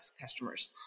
customers